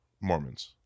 mormons